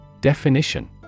Definition